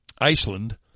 Iceland